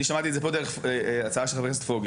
אני שמעתי את זה פה דרך ההצעה של חבר הכנסת פוגל.